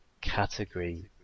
category